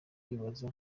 kibanza